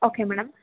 okay madam